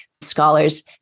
scholars